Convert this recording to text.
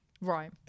Right